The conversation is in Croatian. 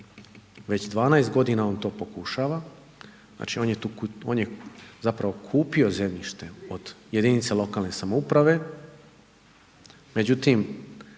Već 12 godina on to pokušava, znači on je zapravo kupio zemljište od jedinica lokalne samouprave, međutim